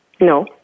No